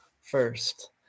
first